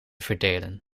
verdelen